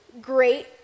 great